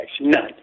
none